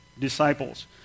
disciples